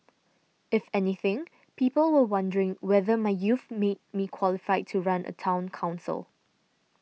if anything people were wondering whether my youth made me qualified to run a Town Council